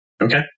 Okay